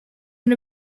and